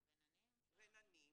"רננים",